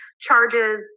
charges